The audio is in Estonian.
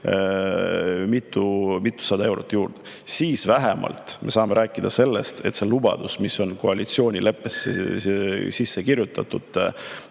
mitusada eurot juurde, siis me saaksime vähemalt rääkida sellest, et see lubadus, mis on koalitsioonileppesse sisse kirjutatud,